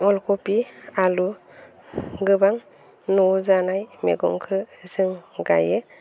अलखबि आलु गोबां न'आव जानाय मैगंखो जों गायो